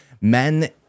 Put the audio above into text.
men